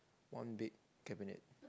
one big cabinet